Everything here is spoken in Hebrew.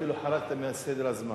אפילו חרגת מסדר הזמן.